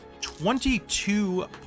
Twenty-two